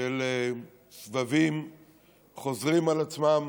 של סבבים חוזרים על עצמם,